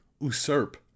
usurp